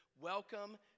Welcome